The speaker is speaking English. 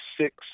six